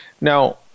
Now